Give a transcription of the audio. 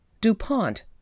DuPont